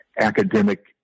academic